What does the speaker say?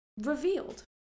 revealed